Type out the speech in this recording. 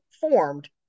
formed